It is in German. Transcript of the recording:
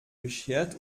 beschert